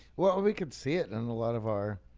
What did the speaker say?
well, we could see it and a lot of our,